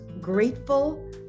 grateful